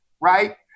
right